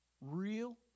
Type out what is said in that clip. real